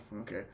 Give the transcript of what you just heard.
okay